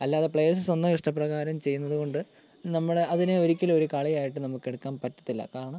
അല്ലാതെ പ്ലയേഴ്സ് സ്വന്തം ഇഷ്ടപ്രകാരം ചെയ്യുന്നത് കൊണ്ട് നമ്മുടെ അതിനെ ഒരിക്കലും ഒരു കളിയായിട്ട് നമുക്കെടുക്കാൻ പറ്റത്തില്ല കാരണം